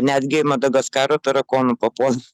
netgi madagaskaro tarakonų papuola